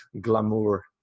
glamour